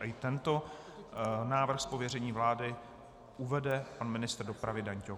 I tento návrh z pověření vlády uvede pan ministr dopravy Dan Ťok.